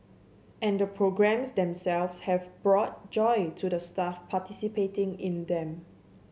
and the programmes themselves have brought joy to the staff participating in them